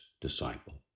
disciple